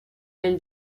del